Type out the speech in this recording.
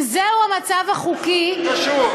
אם זהו המצב החוקי, מה זה קשור?